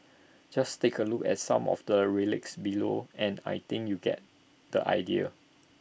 just take A look at some of the relics below and I think you get the idea